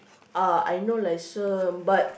uh I no license but